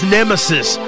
Nemesis